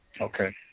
Okay